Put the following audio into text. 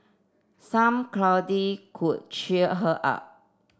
some cuddling could cheer her up